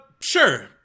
Sure